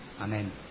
Amen